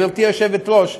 גברתי היושבת-ראש.